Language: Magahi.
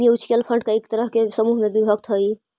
म्यूच्यूअल फंड कई तरह के समूह में विभक्त हई